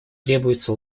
требуются